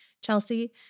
Chelsea